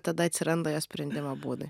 tada atsiranda jos sprendimo būdai